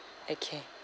okay